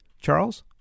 Charles